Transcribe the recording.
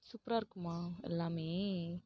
சூப்பராக இருக்குமா எல்லாம்